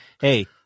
hey